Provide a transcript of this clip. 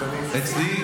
זה המנדט שלך.